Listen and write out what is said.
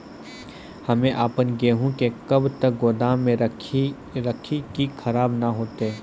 हम्मे आपन गेहूँ के कब तक गोदाम मे राखी कि खराब न हते?